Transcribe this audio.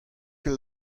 ket